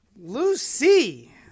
lucy